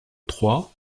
trois